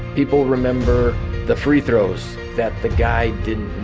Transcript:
people remember the free throws that the guy didn't